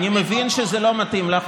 אני מבין שזה לא מתאים לך,